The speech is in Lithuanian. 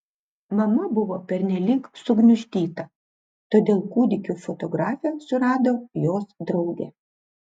mama buvo pernelyg sugniuždyta todėl kūdikių fotografę surado jos draugė